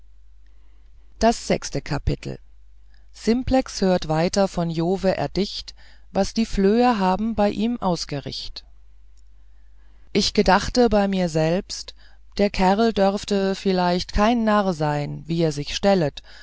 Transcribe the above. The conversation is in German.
hört weiter von jove erdicht was die flöh haben bei ihm ausgericht ich gedachte bei mir selbst der kerl dörfte vielleicht kein narr sein wie er sich stellet